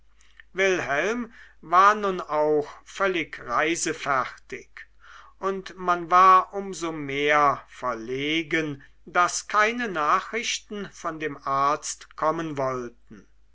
wilhelm war nun auch völlig reisefertig und man war um so mehr verlegen daß keine nachrichten von dem arzt kommen wollten